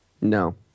No